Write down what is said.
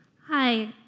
hi.